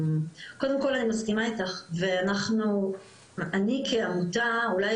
קודם כל אני מסכימה איתך ואני כעמותה אולי